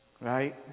Right